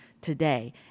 today